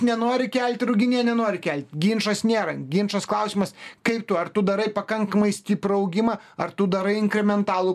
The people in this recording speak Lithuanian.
nenori kelti ruginienė nori kelt ginčas nėra ginčas klausimas kaip tu ar tu darai pakankamai stiprų augimą ar tu darai inkrementalų